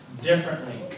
differently